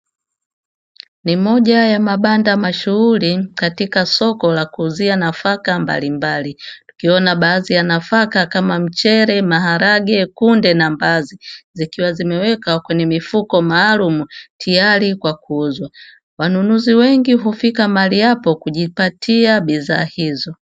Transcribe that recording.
Ni moja ya mabanda mashuhuri katika soko la kuuzia nafaka mbalimbali. Tukiona baadhi ya nafaka kama mchele, maharage, kunde na mbazi zikiwa zimeweka kwenye mifuko maalumu tayari kwa kuuzwa. Wanunuzi wengi hufika mahali hapo kujipatia bidhaa hizo.